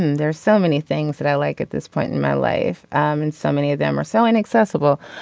and there are so many things that i like at this point in my life and so many of them are so inaccessible.